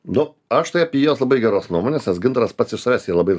nu aš tai apie juos labai geros nuomonės nes gintaras pats iš savęs yra labai